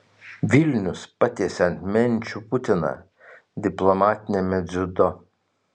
vilnius patiesė ant menčių putiną diplomatiniame dziudo